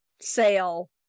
sale